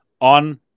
on